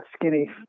skinny